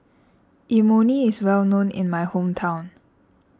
Imoni is well known in my hometown